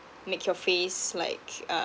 make your face like